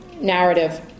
narrative